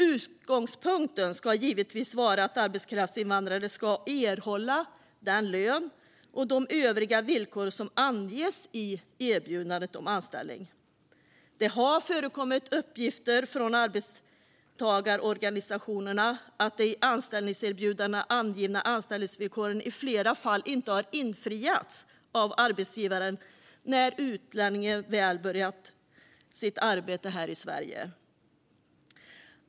Utgångspunkten ska givetvis vara att arbetskraftsinvandrare ska erhålla den lön och de övriga villkor som anges i erbjudandet om anställning. Det har förekommit uppgifter från arbetstagarorganisationerna om att de i anställningserbjudandet angivna anställningsvillkoren i flera fall inte har infriats av arbetsgivaren när utlänningen väl har påbörjat sitt arbete här i Sverige.